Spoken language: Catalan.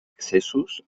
excessos